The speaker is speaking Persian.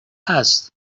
هست